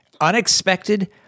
unexpected